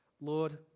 Lord